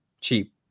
cheap